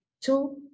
two